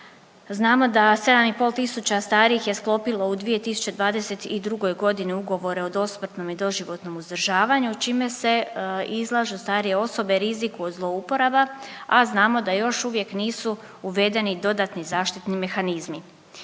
Znamo da 7 i pol tisuća starijih je sklopilo u 2022. godini ugovore o dosmrtnom i doživotnom uzdržavanju čime se izlažu starije osobe riziku od zlouporaba, a znamo da još uvijek nisu uvedeni dodatni zaštitni mehanizmi.